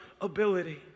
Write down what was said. ability